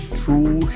true